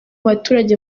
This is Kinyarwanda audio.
baturage